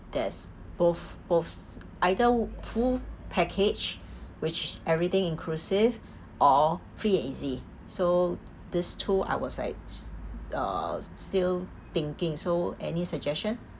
there's both both either full package which everything inclusive or free and easy so these two I was like uh still thinking so any suggestion